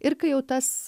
ir kai jau tas